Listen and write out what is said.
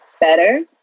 better